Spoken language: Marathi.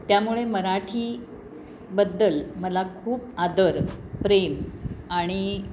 त्यामुळे मराठी बद्दल मला खूप आदर प्रेम आणि